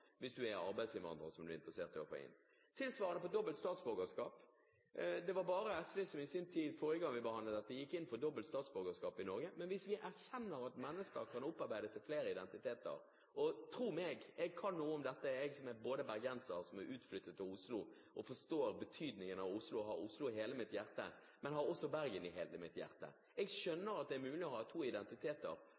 forrige gang vi behandlet dette, gikk inn for dobbelt statsborgerskap i Norge. Vi må erkjenne at mennesker kan opparbeide seg flere identiteter. Tro meg: Som utflyttet bergenser til Oslo kan jeg noe om dette, forstår betydningen av Oslo og har Oslo i hele mitt hjerte, men jeg har også Bergen i hele mitt hjerte. Jeg skjønner at det er mulig å ha to identiteter.